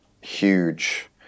huge